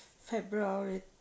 February